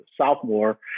sophomore